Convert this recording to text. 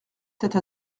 tête